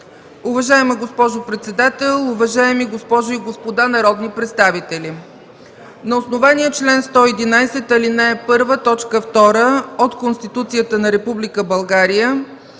„Уважаема госпожо председател, уважаеми госпожи и господа народни представители! На основание чл. 111, ал. 1, т. 2 от Конституцията на Република